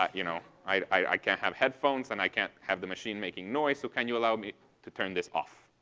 ah you know, i can't have headphones and i can't have the machine making noise. so can you allow me to turn this off?